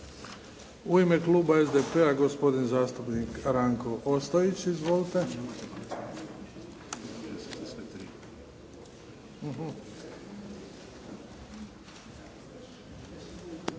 U ime kluba SDP-a, gospodin zastupnik Ranko Ostojić. Izvolite.